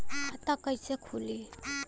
खाता कईसे खुली?